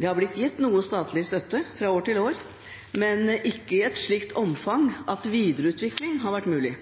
Det har blitt gitt noe statlig støtte fra år til år, men ikke i et slikt omfang at videreutvikling har vært mulig.